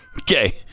Okay